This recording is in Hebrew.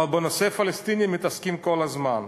אבל בנושא הפלסטיני מתעסקים כל הזמן.